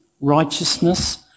righteousness